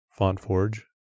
FontForge